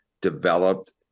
developed